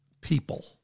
people